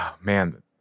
man